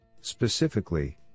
Specifically